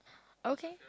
okay